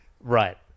Right